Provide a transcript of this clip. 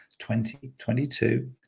2022